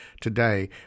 today